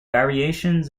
variations